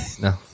no